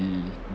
be